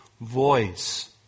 voice